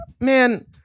man